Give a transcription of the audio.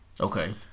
Okay